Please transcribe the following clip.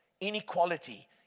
inequality